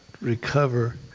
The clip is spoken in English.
recover